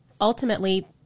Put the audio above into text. ultimately